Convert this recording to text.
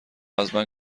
ازمن